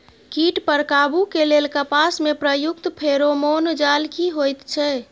कीट पर काबू के लेल कपास में प्रयुक्त फेरोमोन जाल की होयत छै?